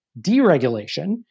deregulation